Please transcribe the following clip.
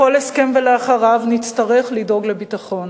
בכל הסכם ולאחריו נצטרך לדאוג לביטחון.